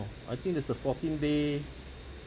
I think there's a fourteen day